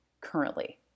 currently